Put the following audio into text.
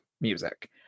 music